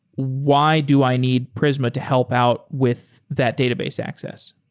why do i need prisma to help out with that database access?